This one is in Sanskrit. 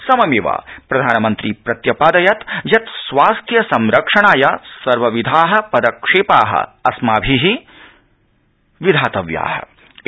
सममेव प्रधानमन्त्री प्रत्यपादयत् यत् स्वास्थ्य संरक्षणाय सर्वविधा पदक्रमा अस्माभि उत्थापनीया